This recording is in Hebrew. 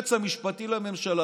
היועץ המשפטי לממשלה,